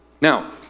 Now